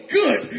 good